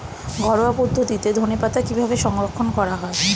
ঘরোয়া পদ্ধতিতে ধনেপাতা কিভাবে সংরক্ষণ করা হয়?